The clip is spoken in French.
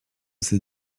ces